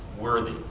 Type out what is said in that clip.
worthy